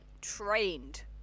trained